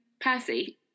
Percy